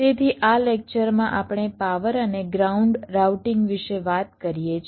તેથી આ લેક્ચર માં આપણે પાવર અને ગ્રાઉન્ડ રાઉટિંગ વિશે વાત કરીએ છીએ